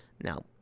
Now